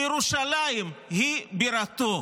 וירושלים היא בירתו.